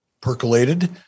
percolated